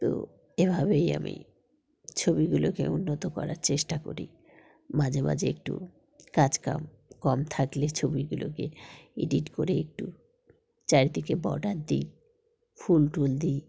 তো এভাবেই আমি ছবিগুলোকে উন্নত করার চেষ্টা করি মাঝে মাঝে একটু কাজকাম কম থাকলে ছবিগুলোকে এডিট করে একটু চারিদিকে বর্ডার দিই ফুল টুল দিই